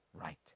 right